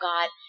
God